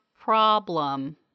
problem